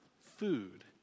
food